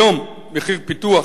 היום מחיר פיתוח